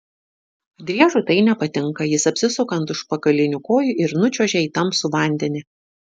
driežui tai nepatinka jis apsisuka ant užpakalinių kojų ir nučiuožia į tamsų vandenį